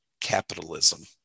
capitalism